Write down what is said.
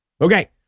Okay